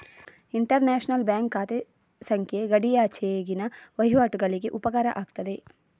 inter national bank ಖಾತೆ ಸಂಖ್ಯೆ ಗಡಿಯಾಚೆಗಿನ ವಹಿವಾಟುಗಳಿಗೆ ಉಪಕಾರ ಆಗ್ತದೆ